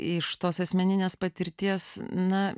iš tos asmeninės patirties na